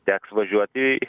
teks važiuoti